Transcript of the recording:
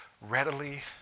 readily